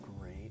great